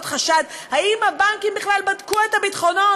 חשד: האם הבנקים בכלל בדקו את הביטחונות?